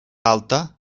alta